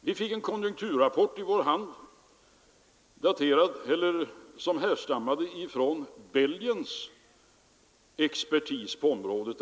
Vi fick en konjunkturrapport i vår hand, som härstammade från Belgiens expertis på området.